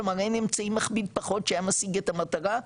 כלומר אין אמצעי מכביד פחות שהיה משיג את המטרה,